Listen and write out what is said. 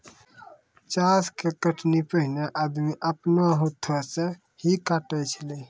चास के कटनी पैनेहे आदमी आपनो हाथै से ही काटै छेलै